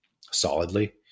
solidly